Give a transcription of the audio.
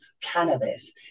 cannabis